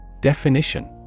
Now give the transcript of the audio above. Definition